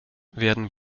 werden